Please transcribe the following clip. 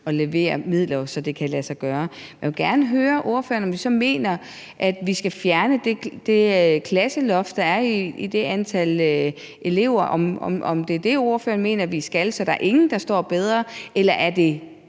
at levere midler, så det kan lade sig gøre. Jeg vil gerne høre, om ordføreren så mener, at vi skal fjerne det klasseloft, der er for antallet af elever – altså om det er det, ordføreren mener vi skal, så der ikke er nogen, der står bedre. Eller er det